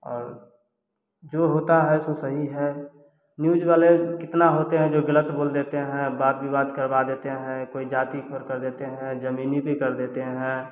और जो होता है सो सही है न्यूज़ वाले कितना होते हैं जो गलत बोल देते हैं वाद विवाद करवा देते हैं कोई जाति पर कर देते हैं जमीनी भी कर देते हैं